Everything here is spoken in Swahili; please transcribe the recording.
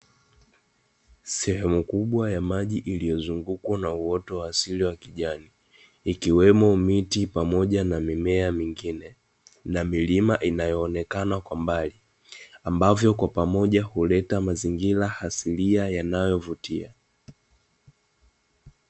Sehemu kubwa ya maji iliyozungukwa na uoto wa asili wa kijani, ikiwemo miti pamoja na mimea mingine na milima inayoonekana kwa mbali, ambavyo kwa pamoja huleta mazingira asilia yanayovutia.